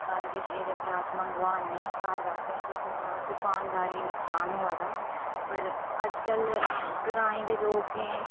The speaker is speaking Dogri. सारा किश एहदे उप्पर अस मंगवा ने घर बेठे दे अस इत्थूं दा दुकान दार गी नुक्सान होआ दा पर अजकल ग्रां दे लोकें